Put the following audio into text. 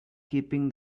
keeping